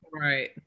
right